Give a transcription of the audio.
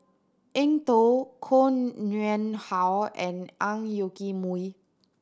Eng Tow Koh Nguang How and Ang Yoke Mooi